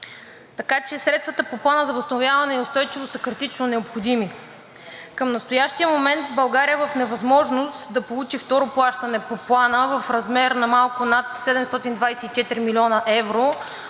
рецесия. Средствата по Плана за възстановяване и устойчивост са критично необходими. Към настоящия момент България е в невъзможност да получи второ плащане по Плана в размер на малко над 724 млн. евро